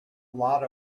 lot